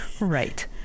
Right